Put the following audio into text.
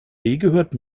gehört